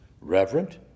reverent